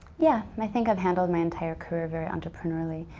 yeah, and i think i've handled my entire career very entrepreneurially.